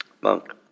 monk